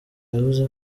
yavuze